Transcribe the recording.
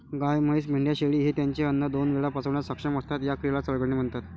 गाय, म्हैस, मेंढ्या, शेळी हे त्यांचे अन्न दोन वेळा पचवण्यास सक्षम असतात, या क्रियेला चघळणे म्हणतात